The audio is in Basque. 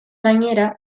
gainera